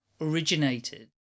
originated